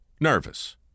Nervous